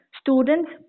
students